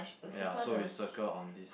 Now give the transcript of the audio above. ya so you circle on this